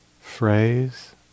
phrase